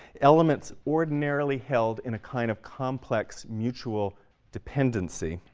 elements ordinarily held in a kind of complex mutual dependency